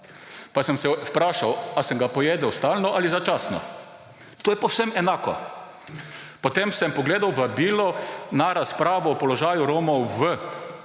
pa sem se vprašal, ali sem ga pojedel stalno ali začasno. To je povsem enako. Potem sem pogledal vabilo na razpravo o položaju Romov v